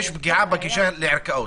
פגיעה בגישה לערכאות.